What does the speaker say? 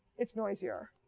it's noisier.